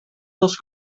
dos